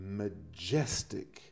majestic